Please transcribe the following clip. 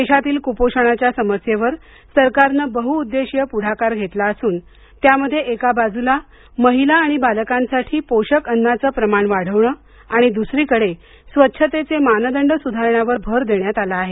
देशातील कुपोषणाच्या समस्येवर सरकारनं बहु उद्देशीय पुढाकार घेतला असून त्यामध्ये एका बाजूला महिला आणि बालकांसाठी पोषक अन्नाचं प्रमाण वाढविणं आणि दुसरीकडे स्वच्छतेचे मानदंड सुधारण्यावर भर देण्यात आला आहे